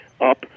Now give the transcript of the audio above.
up